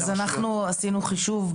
אז עשינו חישוב.